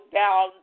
down